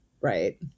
Right